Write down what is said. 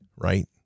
Right